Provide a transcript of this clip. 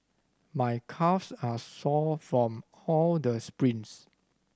my calves are sore from all the sprints